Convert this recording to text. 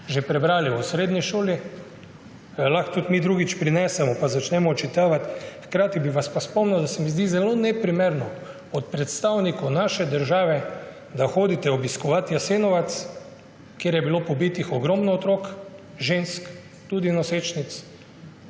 že prebrali v srednji šoli. Lahko mi tudi drugič prinesemo in začnemo prebirati. Hkrati bi vas pa spomnil, da se mi zdi zelo neprimerno od predstavnikov naše države, da hodite obiskovat Jasenovac, kjer je bilo pobitih ogromno otrok, žensk, tudi nosečnic.